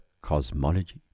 cosmology